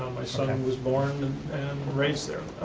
my son and was born and raised there.